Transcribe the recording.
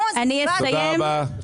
תודה רבה.